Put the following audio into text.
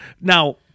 now